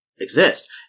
exist